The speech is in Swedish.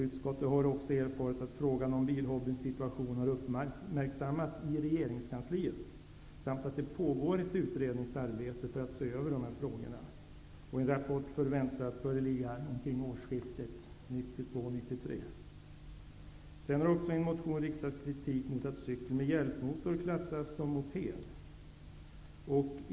Utskottet har också erfarit att frågan om bilhobbyns situation har uppmärksammats i regeringskansliet samt att det pågår ett utredningsarbete för att se över dessa frågor. En rapport förväntas föreligga kring årsskiftet 1992/93. Det har också i en motion riktats kritik mot att cykel med hjälpmotor klassas som moped.